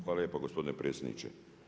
Hvala lijepo gospodine predsjedniče.